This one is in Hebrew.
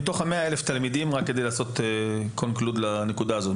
רק כדי לעשות conclude לנקודה הזאת.